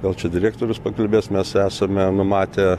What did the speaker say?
gal čia direktorius pakalbės mes esame numatę